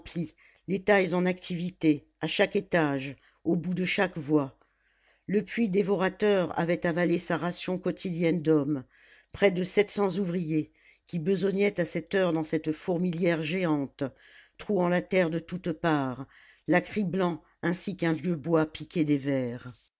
les tailles en activité à chaque étage au bout de chaque voie le puits dévorateur avait avalé sa ration quotidienne d'hommes près de sept cents ouvriers qui besognaient à cette heure dans cette fourmilière géante trouant la terre de toutes parts la criblant ainsi qu'un vieux bois piqué des vers